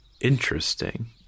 Interesting